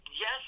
Yes